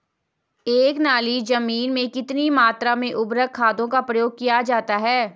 एक नाली जमीन में कितनी मात्रा में उर्वरक खादों का प्रयोग किया जाता है?